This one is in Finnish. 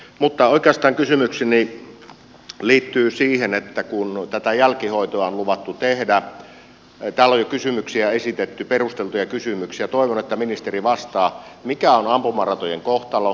mutta oikeastaan kysymykseni liittyy siihen kun tätä jälkihoitoa on luvattu tehdä täällä on jo kysymyksiä esitetty perusteltuja kysymyksiä ja toivon että ministeri vastaa mikä on ampumaratojen kohtalo